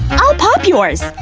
i'll pop yours!